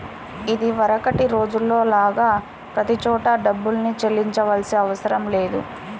ఇదివరకటి రోజుల్లో లాగా ప్రతి చోటా డబ్బుల్నే చెల్లించాల్సిన అవసరం లేదు